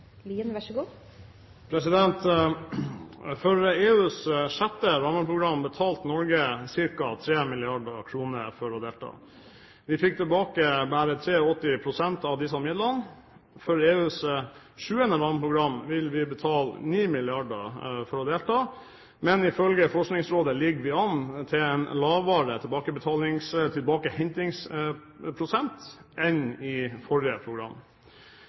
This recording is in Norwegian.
EUs 6. rammeprogram betalte Norge ca. 3 mrd. kr for å delta, men fikk tilbake bare 83 pst. av disse midlene. For EUs 7. rammeprogram vil vi betale 9 mrd. kr, men ifølge Forskningsrådet ligger vi an til en lavere tilbakehentingsprosent enn i forrige program.